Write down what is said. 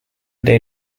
day